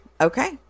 okay